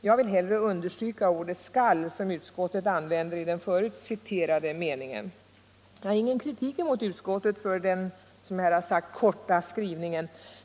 Jag vill hellre understryka ordet ”skall” som utskottet använder i den förut citerade meningen. Jag har ingen kritik mot utskottet för dess, som jag här sagt, korta skrivning.